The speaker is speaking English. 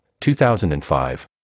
2005